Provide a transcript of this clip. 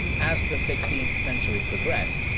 as the sixteenth century progressed,